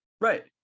Right